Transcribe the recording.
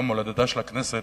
ביום הולדתה של הכנסת,